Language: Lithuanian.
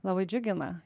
labai džiugina